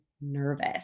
nervous